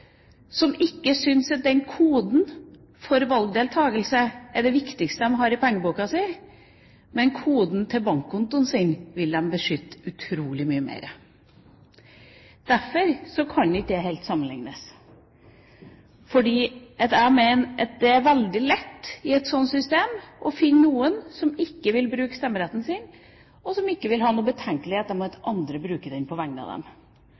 som ikke syns at koden for valgdeltakelsen er det viktigste de har i pengeboka si, men koden til bankkontoen sin vil de beskytte utrolig mye mer. Derfor kan ikke det helt sammenliknes, og jeg mener at det er veldig lett i et slikt system å finne noen som ikke vil bruke stemmeretten sin, og som ikke vil ha noen betenkeligheter med at andre bruker den på vegne av dem.